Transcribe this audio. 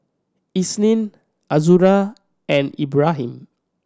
Isnin Azura and Ibrahim